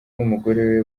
n’umugore